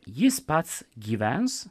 jis pats gyvens